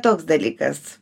toks dalykas